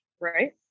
right